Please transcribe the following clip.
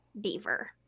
Beaver